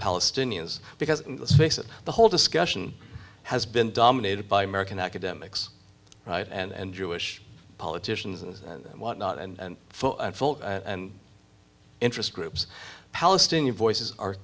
palestinians because let's face it the whole discussion has been dominated by american academics right and jewish politicians and what not and for and interest groups palestinian voices are